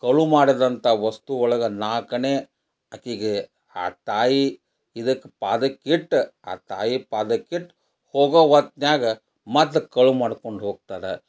ಕಳುವು ಮಾಡಿದಂಥ ವಸ್ತು ಒಳ್ಗೆ ನಾಲ್ಕಾಣೆ ಆಕೆಗೆ ಆ ತಾಯಿ ಇದಕ್ಕೆ ಪಾದಕ್ಕೆ ಇಟ್ಟು ಆ ತಾಯಿ ಪಾದಕ್ಕೆ ಇಟ್ಟು ಹೋಗೋ ಹೊತ್ನ್ಯಾಗ ಮತ್ತೆ ಕಳುವು ಮಾಡ್ಕೊಂಡು ಹೋಗ್ತಾರೆ